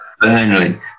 Burnley